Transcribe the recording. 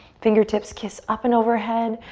fingertips kiss up and overhead.